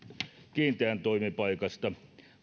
kiinteästä toimipaikasta